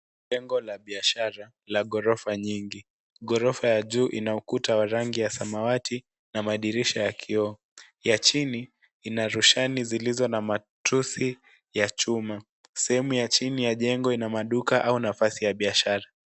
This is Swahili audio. Jengo la biashara la ghrofa nyingi. Ghorofa ya juu ina ukuta wa rangi ya samawati na madirisha ya kioo. Ya chini`, ina roshani zilizo na matuti ya chuma. Sehemu ya chini ya jengo ina maduka au nafasi ya biashara.